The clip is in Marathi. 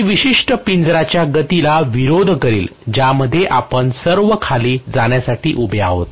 जी विशिष्ट पिंजराच्या गतीला विरोध करेल ज्यामध्ये आपण सर्व खाली जाण्यासाठी उभे आहोत